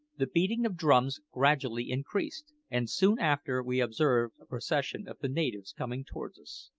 the beating of drums gradually increased, and soon after we observed a procession of the natives coming towards us.